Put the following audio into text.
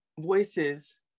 voices